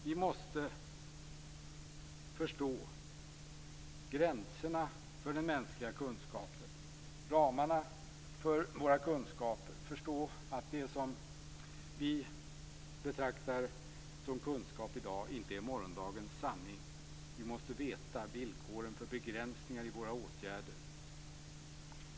Vi måste förstå gränserna för de mänskliga kunskaperna och ramarna för våra kunskaper. Vi måste förstå att det som vi betraktar som kunskap i dag inte är morgondagens sanning. Vi måste veta villkoren för begränsningar i våra åtgärder.